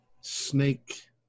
snake